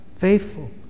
Faithful